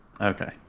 Okay